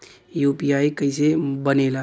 UPI कईसे बनेला?